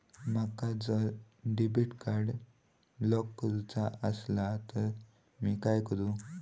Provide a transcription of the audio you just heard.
माका जर debit card block करूचा असला तर मी काय करू?